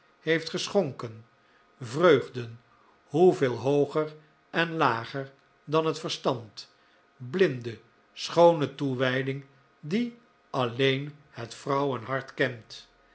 heeft geschonken vreugden hoe veel hooger en lager dan het verstand blinde schoone toewijding die alleen het vrouwenhart kent